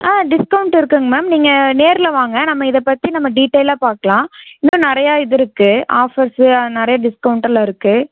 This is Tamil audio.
ஆ டிஸ்கவுண்ட் இருக்குதுங்க மேம் நீங்கள் நேரில் வாங்க நம்ம இதை பற்றி நம்ம டீட்டைலாக பார்க்கலாம் இன்னும் நிறையா இது இருக்குது ஆஃபர்ஸு நிறைய டிஸ்கவுண்ட் எல்லாம் இருக்குது